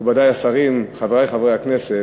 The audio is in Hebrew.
מכובדי השרים, חברי חברי הכנסת,